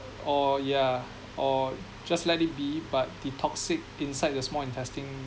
or yeah or just let it be but the toxic inside the small intestine